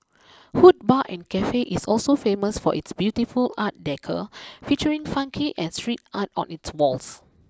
Hood Bar and Cafe is also famous for its beautiful art decor featuring funky and street art on its walls